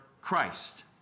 Christ